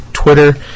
twitter